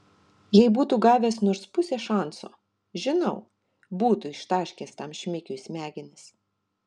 jei būtų gavęs nors pusę šanso žinau būtų ištaškęs tam šmikiui smegenis